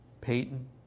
Peyton